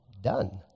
Done